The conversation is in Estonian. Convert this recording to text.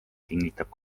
kinnitab